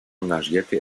engagierte